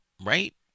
right